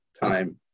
time